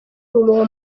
uwo